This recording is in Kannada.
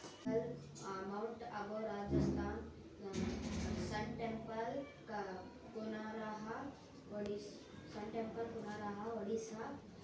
ಯಾವುದೇ ಬೆಳೆಯಲ್ಲಿ ಬೆಳವಣಿಗೆಯ ಕೊರತೆ ಬರದಂತೆ ಕಾಪಾಡಲು ಮಾಡಬೇಕಾದ ಮುಂಜಾಗ್ರತಾ ಕ್ರಮ ಏನು?